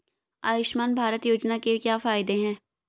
आयुष्मान भारत योजना के क्या फायदे हैं?